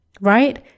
right